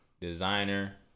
designer